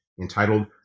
entitled